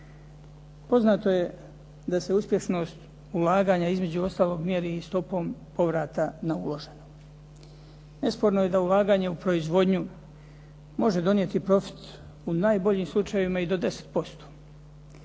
Poznato je da se uspješnost ulaganja između ostalog mjeri i stopom povrata na uloženo. Nesporno je da ulaganje u proizvodnju može donijeti profit u najboljim slučajevima i do 10%,